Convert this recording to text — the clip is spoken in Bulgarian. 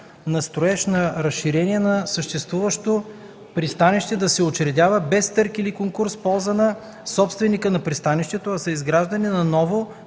на строеж за разширение на съществуващо пристанище да се учредява без търг или конкурс в полза на собственика на пристанището, а за изграждане на ново